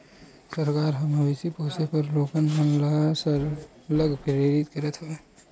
सरकार ह मवेशी पोसे बर लोगन मन ल सरलग प्रेरित करत हवय